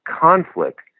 conflict